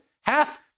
Half